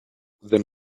then